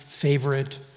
favorite